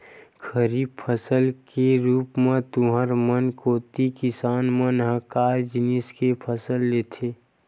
खरीफ फसल के रुप म तुँहर मन कोती किसान मन ह काय जिनिस के फसल लेथे?